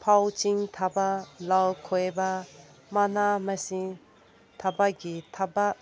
ꯐꯧꯁꯤꯡ ꯊꯥꯕ ꯂꯧ ꯈꯣꯏꯕ ꯃꯅꯥ ꯃꯁꯤꯡ ꯊꯥꯕꯒꯤ ꯊꯕꯛ